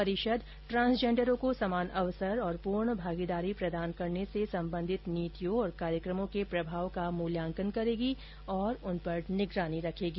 परिषद ट्रांसजेंडरों को समान अवसर और पूर्ण भागीदारी प्रदान करने से संबंधित नीतियों तथा कार्यक्रमों के प्रभाव का मूल्यांकन करेगी और उन पर निगरानी रखेगी